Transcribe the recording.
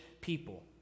people